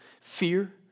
fear